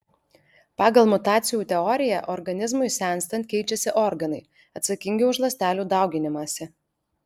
pagal mutacijų teoriją organizmui senstant keičiasi organai atsakingi už ląstelių dauginimąsi